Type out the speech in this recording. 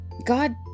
God